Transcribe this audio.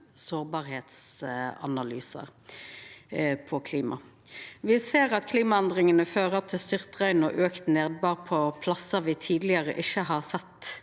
sårbarheitsanalysar på klimaområdet. Me ser at klimaendringane fører til styrtregn og auka nedbør på plassar me tidlegare ikkje har sett